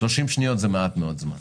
30 שניות זה מעט מאוד זמן.